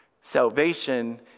Salvation